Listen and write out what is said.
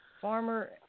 Farmer